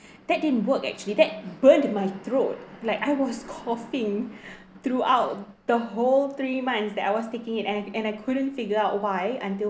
that didn't work actually that burned my throat like I was coughing throughout the whole three months that I was taking it and and I couldn't figure out why until